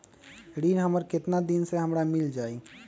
ऋण हमर केतना दिन मे हमरा मील जाई?